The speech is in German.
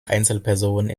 einzelpersonen